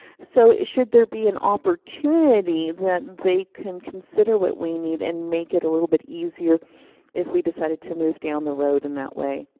so should there be an opportunity that they can consider what we need and make it a little bit easier if we decided to move down the road in that way.